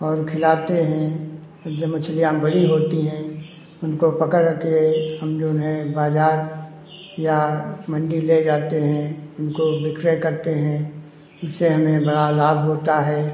और खिलाते हैं तो जब मछलियाँ बड़ी होती हैं उनको पकड़ के हम जऊन है बाजार या मंडी ले जाते हैं उनको विक्रय करते हैं उससे हमें बड़ा लाभ होता है